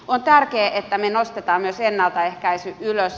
on tärkeää että me nostamme myös ennaltaehkäisyn ylös